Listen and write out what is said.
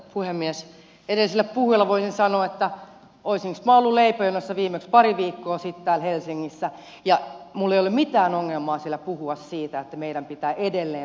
edelliselle puhujalle voisin sanoa että olisinko ollut leipäjonossa viimeksi pari viikkoa sitten täällä helsingissä ja minulla ei ole mitään ongelmaa siellä puhua siitä että meidän pitää edelleen tehdä kehitysyhteistyötä